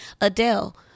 Adele